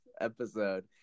episode